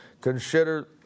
consider